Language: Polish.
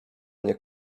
nie